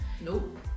Nope